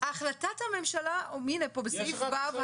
החלטת הממשלה בסעיף ו',